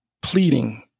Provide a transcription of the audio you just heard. pleading